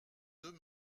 deux